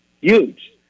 Huge